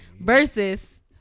Versus